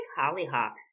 hollyhocks